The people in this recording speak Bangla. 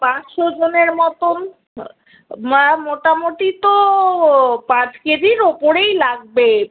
পাঁচশো জনের মতো মোটামুটি তো পাঁচ কেজির উপরেই লাগবে